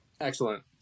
Excellent